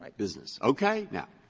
like business. okay. now,